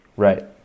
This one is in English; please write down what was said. Right